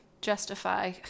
Justify